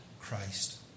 Christ